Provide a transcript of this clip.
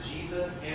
Jesus